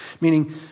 Meaning